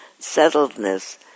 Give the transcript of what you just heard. settledness